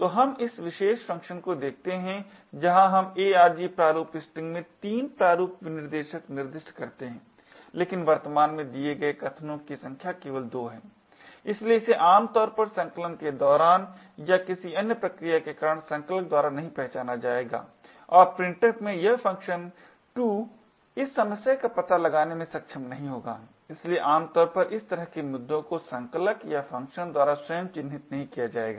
तो हम इस विशेष फ़ंक्शन को देखते हैं जहाँ हम arg प्रारूप स्ट्रिंग में 3 प्रारूप विनिर्देशक निर्दिष्ट करते हैं लेकिन वर्तमान में दिए गए कथनों की संख्या केवल 2 है इसलिए इसे आम तौर पर संकलन के दौरान या किसी अन्य प्रक्रिया के कारण संकलक द्वारा नहीं पहचाना जाएगा और printf में यह फ़ंक्शन 2 इस समस्या का पता लगाने में सक्षम नहीं होगा इसलिए आमतौर पर इस तरह के मुद्दों को संकलक या फ़ंक्शन द्वारा स्वयं चिह्नित नहीं किया जाएगा